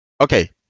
Okay